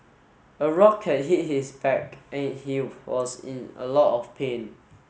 a rock had hit his back and he was in a lot of pain